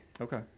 Okay